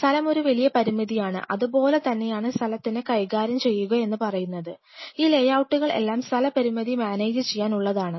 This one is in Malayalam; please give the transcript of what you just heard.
സ്ഥലം ഒരു വലിയ പരിമിതിയാണ് അതുപോലെ തന്നെയാണ് സ്ഥലത്തിനെ കൈകാര്യം ചെയ്യുക എന്ന് പറയുന്നത് ഈ ലേഔട്ടുകൾ എല്ലാം സ്ഥലപരിമിതി മാനേജ് ചെയ്യാൻ ഉള്ളതാണ്